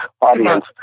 audience